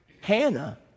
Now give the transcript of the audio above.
Hannah